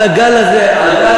על הגל הזה, על גל